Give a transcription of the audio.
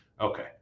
Okay